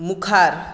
मुखार